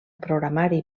programari